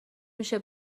میشه